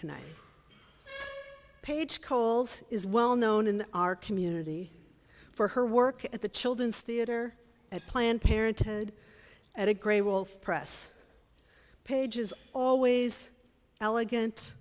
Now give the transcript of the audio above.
tonight paige coles is well known in our community for her work at the children's theater at planned parenthood at a great wealth press pages always elegant